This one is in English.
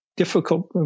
Difficult